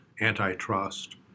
antitrust